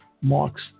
marks